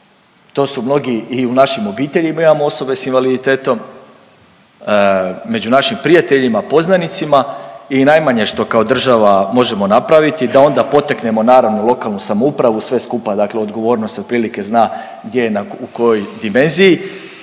to su mnogi i u našim obiteljima imamo osobe sa invaliditetom, među našim prijateljima, poznanicima i najmanje što kao drža va možemo napraviti da onda potaknemo naravno lokalnu samoupravu, sve skupa, dakle odgovornost otprilike zna gdje je, u kojoj dimenziji